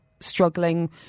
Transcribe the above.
struggling